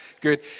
Good